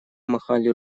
махали